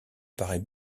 paraît